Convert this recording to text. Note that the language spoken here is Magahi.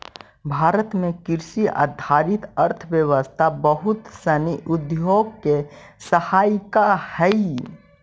भारत में कृषि आधारित अर्थव्यवस्था बहुत सनी उद्योग के सहायिका हइ